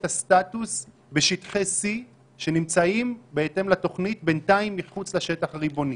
הסטטוס בשטחי C שנמצאים בהתאם לתוכנית בינתיים מחוץ לשטח הריבוני.